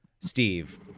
Steve